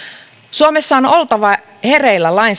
suomessa on oltava hereillä lainsäädäntöhankkeissa joilla